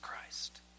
Christ